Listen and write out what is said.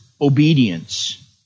obedience